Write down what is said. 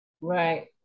Right